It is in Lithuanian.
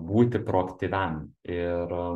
būti proaktyviam ir